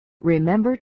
Remember